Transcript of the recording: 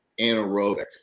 anaerobic